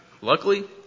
Luckily